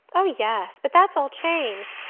oh, yes but that's all changed.